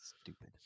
Stupid